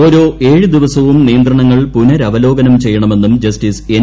ഓരോ ഏഴ് ദിവസവും നിയന്ത്രണങ്ങൾ പുനരവലോകനം ചെയ്യണമെന്നും ജസ്റ്റിസ് എൻ